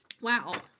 Wow